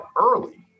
early